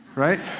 right?